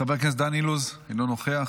חבר הכנסת דן אילוז, אינו נוכח,